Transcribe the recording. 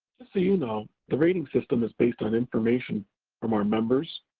so you know, the rating system is based on information from our members,